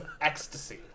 ecstasy